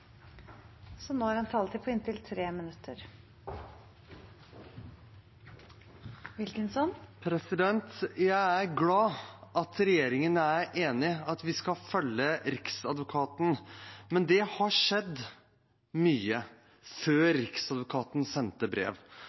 glad for at regjeringen er enig i at vi skal følge Riksadvokaten, men det har skjedd mye før Riksadvokaten sendte brev.